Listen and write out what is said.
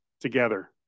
together